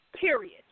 period